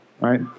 right